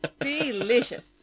Delicious